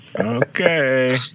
Okay